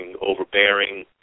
overbearing